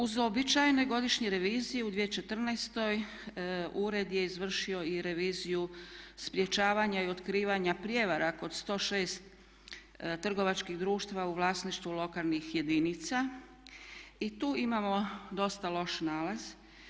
Uz uobičajene godišnje revizije u 2014. ured je izvršio i reviziju sprječavanja i otkrivanja prijevara kod 106 trgovačkih društava u vlasništvu lokalnih jedinica i tu imamo dosta loš nalaz.